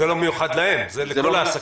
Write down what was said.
זה לא מיוחד להם, זה לכל העסקים.